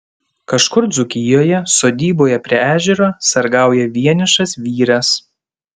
kažkur dzūkijoje sodyboje prie ežero sargauja vienišas vyras